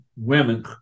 women